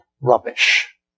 rubbish